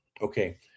okay